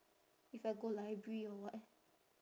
if I go library or what